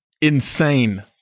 insane